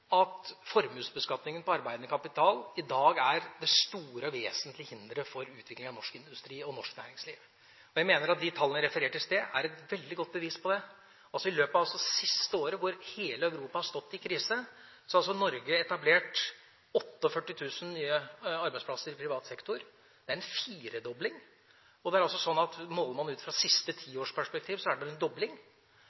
at formuesbeskatningen på arbeidende kapital i dag er det store og vesentlige hinderet for utviklingen av norsk industri og norsk næringsliv. Jeg mener at de tallene jeg refererte i stad, er et veldig godt bevis på det. I løpet av det siste året, hvor hele Europa har stått i krise, har Norge altså etablert 48 000 nye arbeidsplasser i privat sektor. Det er en firedobling. Måler man ut fra siste